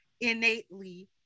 innately